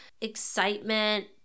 excitement